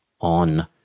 on